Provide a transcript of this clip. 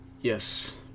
Yes